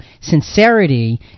sincerity